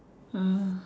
uh